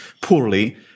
poorly